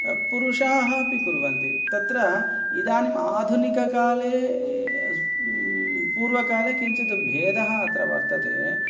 पुरुषाः अपि कुर्वन्ति तत्र इदानीम् आधुनिककाले पूर्वकाले किञ्चित् भेदः अत्र वर्तते